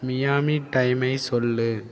Miami டைமை சொல்